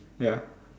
ya